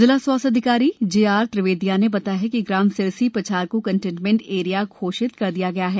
जिला स्वास्थ्य अधिकारी जे आर त्रिवेदिया ने बताया कि ग्राम सिरसी पछार को कंटेन्मेंट एरिया घोषित कर दिया गया है